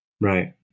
Right